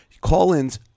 Call-ins